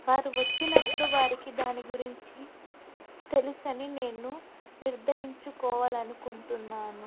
వారు వచ్చినప్పుడు వారికి దాని గురించి తెలుసని నేను నిర్దయించుకోవాలి అనుకుంటున్నాను